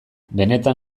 benetan